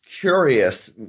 curious